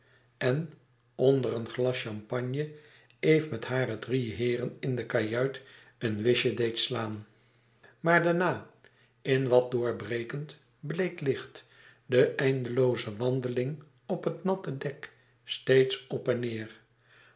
en onder een glas champagne eve met hare drie heeren in de kajuit een whistje deed slaan maar daarna in wat doorbrekend bleek licht de eindelooze wandeling op het natte dek steeds op en neêr